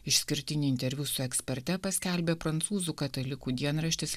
išskirtinį interviu su eksperte paskelbė prancūzų katalikų dienraštis